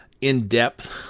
in-depth